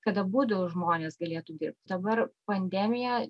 kad abudu žmonės galėtų dirbt dabar pandemija